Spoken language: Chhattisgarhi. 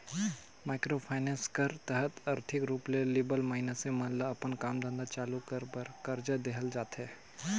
माइक्रो फाइनेंस कर तहत आरथिक रूप ले लिबल मइनसे मन ल अपन काम धंधा चालू कर बर करजा देहल जाथे